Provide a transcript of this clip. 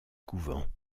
couvent